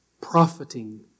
profiting